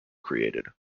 created